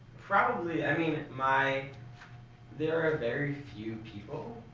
probably. i mean my there are very few people,